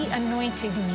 anointed